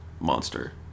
monster